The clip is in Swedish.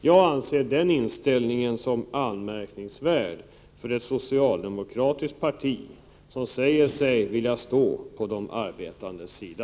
Jag anser den inställningen anmärkningsvärd i ett socialdemokratiskt parti som säger sig vilja stå på de arbetandes sida.